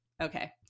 okay